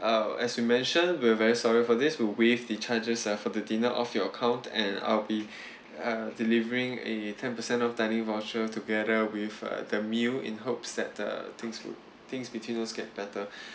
uh as we mentioned we are very sorry for this we'll waive the charges uh for the dinner off your account and I'll be uh delivering a ten per cent off dining voucher together with uh the meal in hopes that uh things would things between us get better